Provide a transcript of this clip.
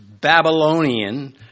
Babylonian